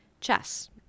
chess